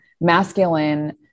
masculine